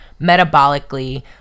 metabolically